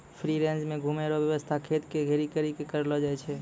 free range मे घुमै रो वेवस्था खेत के घेरी करी के करलो जाय छै